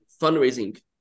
fundraising